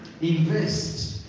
invest